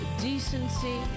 decency